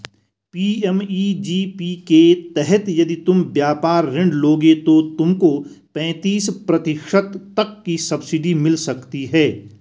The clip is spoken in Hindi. पी.एम.ई.जी.पी के तहत यदि तुम व्यापार ऋण लोगे तो तुमको पैंतीस प्रतिशत तक की सब्सिडी मिल सकती है